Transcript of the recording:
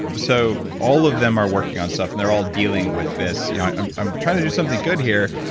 but so all of them are working on stuff, and they're all dealing with this. yeah i'm i'm trying to do something good here,